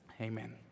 Amen